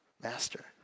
Master